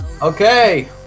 Okay